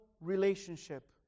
relationship